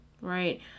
Right